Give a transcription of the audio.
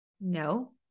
No